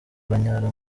banyara